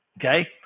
okay